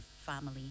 family